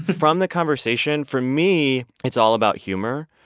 from the conversation, for me, it's all about humor.